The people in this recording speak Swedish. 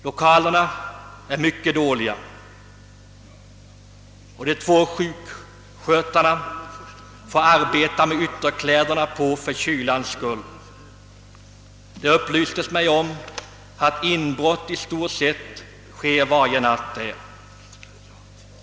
Lokalerna var mycket dåliga, och de två sjukskötarna måste arbeta med ytterkläderna på för kylans skull. Det upplystes mig att inbrott skedde i stort sett varje natt.